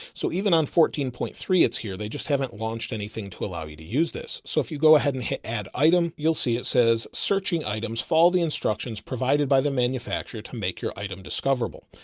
so even on fourteen point three it's here, they just haven't launched anything to allow you to use this. so if you go ahead and hit, add item, you'll see it says, searching items, follow the instructions provided by the manufacturer manufacturer to make your item discoverable.